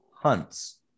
Hunts